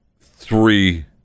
three